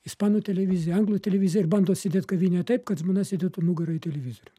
ispanų televizija anglų televizija ir bando sėdėt kavinėje taip kad žmona sėdėtų nugara į televizorių